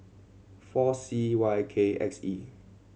four C Y K X E